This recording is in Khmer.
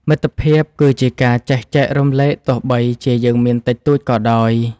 មិត្តភាពគឺជាការចេះចែករំលែកទោះបីជាយើងមានតិចតួចក៏ដោយ។